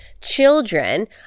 children